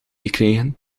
gekregen